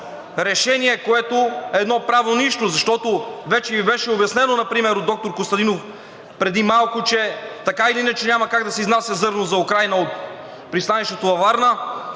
решение, което е едно правно нищо. Вече ми беше обяснено например от доктор Костадинов преди малко, че така или иначе няма как да се изнася зърно за Украйна от пристанището във Варна.